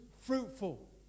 fruitful